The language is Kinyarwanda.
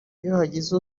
hagize